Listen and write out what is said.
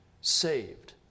saved